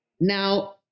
Now